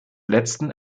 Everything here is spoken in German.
letzten